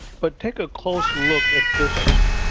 but take a close look at this